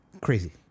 crazy